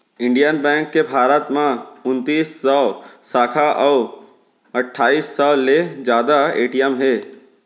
Indian bank के भारत म उनतीस सव साखा अउ अट्ठाईस सव ले जादा ए.टी.एम हे